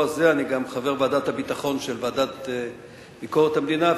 הזה אני גם חבר ועדת הביטחון של ועדת ביקורת המדינה,